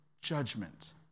judgment